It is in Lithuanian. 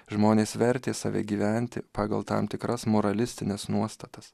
žmonės vertė save gyventi pagal tam tikras moralistines nuostatas